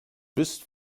bist